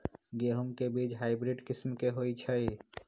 गेंहू के बीज हाइब्रिड किस्म के होई छई?